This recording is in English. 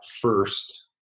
first